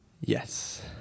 yes